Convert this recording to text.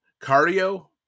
cardio